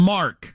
Mark